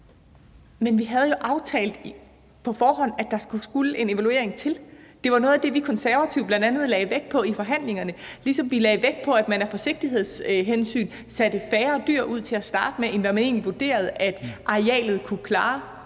Men vi havde jo aftalt på forhånd, at der skulle en evaluering til. Det var noget af det, vi Konservative bl.a. lagde vægt på i forhandlingerne, ligesom vi lagde vægt på, at man af forsigtighedshensyn satte færre dyr ud til at starte med, end hvad man egentlig vurderede at arealet kunne klare